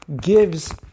gives